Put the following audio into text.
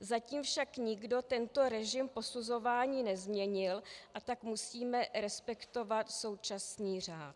Zatím však nikdo tento režim posuzování nezměnil, a tak musíme respektovat současný řád.